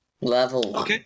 level